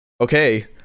okay